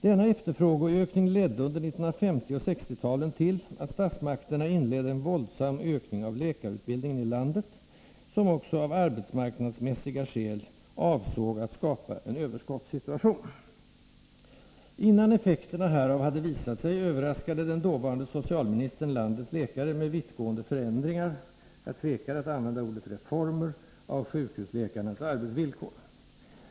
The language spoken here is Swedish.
Denna efterfrågeökning ledde under 1950 och 1960-talen till att statsmakterna inledde en våldsam ökning av läkarutbildningen i landet — som också av arbetsmarknadsmässiga skäl avsågs att skapa en överskottssituation. Innan effekterna härav hade visat sig överraskade den dåvarande socialministern landets läkare med vittgående förändringar — jag tvekar att använda ordet ”reformer” — av sjukhusläkarnas arbetsvillkor.